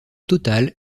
total